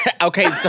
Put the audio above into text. okay